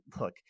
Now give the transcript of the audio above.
look